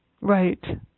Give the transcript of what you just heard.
Right